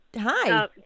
Hi